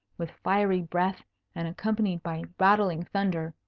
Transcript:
with fiery breath and accompanied by rattling thunder,